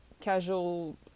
casual